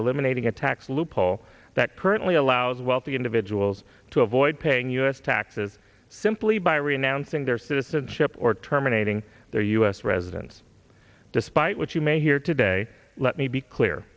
eliminating a tax loophole that currently allows wealthy individuals to avoid paying u s taxes simply by renouncing their citizenship or terminating their u s residence despite what you may hear today let me be clear